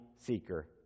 seeker